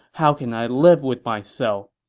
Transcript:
how can i live with myself?